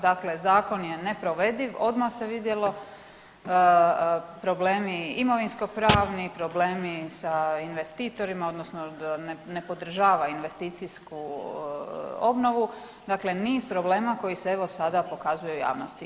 Dakle, zakon je neprovediv odmah se vidjelo, problemi imovinskopravni, problemi sa investitorima odnosno ne podržava investicijsku obnovu, dakle niz problema koji se evo sada pokazuju u javnosti.